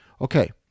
Okay